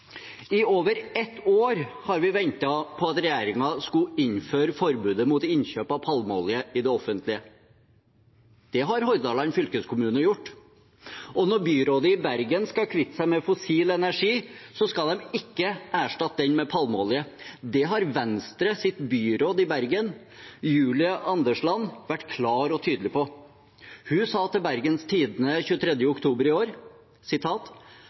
I over ett år har vi ventet på at regjeringen skulle innføre forbudet mot innkjøp av palmeolje i det offentlige. Det har Hordaland fylkeskommune gjort. Og når byrådet i Bergen skal kvitte seg med fossil energi, skal de ikke erstatte den med palmeolje. Det har Venstres byråd i Bergen, Julie Andersland, vært klar og tydelig på. Hun sa til Bergens Tidende den 23. oktober i år: